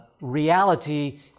reality